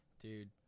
Dude